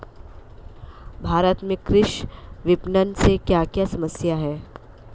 भारत में कृषि विपणन से क्या क्या समस्या हैं?